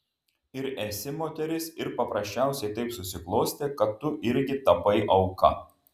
ir esi moteris ir paprasčiausiai taip susiklostė kad tu irgi tapai auka